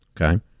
Okay